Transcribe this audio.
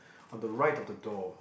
on the right of the door